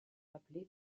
rappelé